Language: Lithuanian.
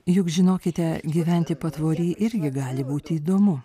juk žinokite gyventi patvory irgi gali būti įdomu